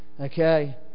Okay